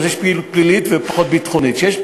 אז יש פעילות פלילית ופחות ביטחונית,